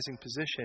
position